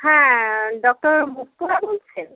হ্যাঁ ডক্টর উত্তরা বলছেন